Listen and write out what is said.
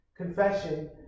confession